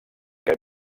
que